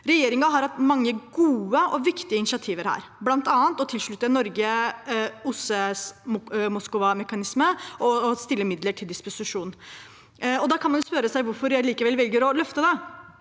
Regjeringen har hatt mange gode og viktige initiativer her, bl.a. å tilslutte Norge OSSEs Moskva-mekanisme og å stille midler til disposisjon. Da kan man spørre seg hvorfor jeg likevel velger å løfte det.